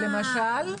למשל,